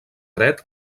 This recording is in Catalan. dret